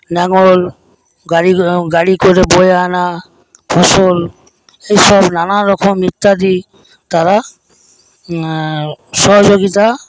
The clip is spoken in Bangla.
লাঙল গাড়ি করে বয়ে আনা ফসল এসব নানারকম ইত্যাদি তারা সহযোগিতা